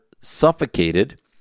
suffocated